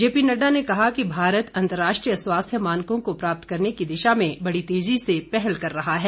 JP Nadda ने कहा कि भारत अंतर्राष्ट्रीय स्वास्थ्य मानकों को प्राप्त करने की दिशा में बड़ी तेजी से पहल कर रहा है